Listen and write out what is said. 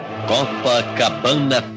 Copacabana